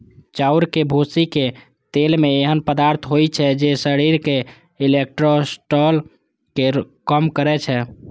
चाउरक भूसीक तेल मे एहन पदार्थ होइ छै, जे शरीरक कोलेस्ट्रॉल कें कम करै छै